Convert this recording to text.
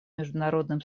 международным